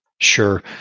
Sure